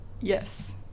Yes